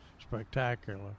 spectacular